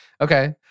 Okay